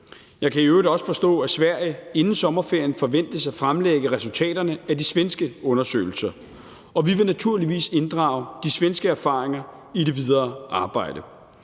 Jeg kan i øvrigt også forstå, at Sverige inden sommerferien forventes at fremlægge resultaterne af de svenske undersøgelser, og vi vil naturligvis inddrage de svenske erfaringer i det videre arbejde.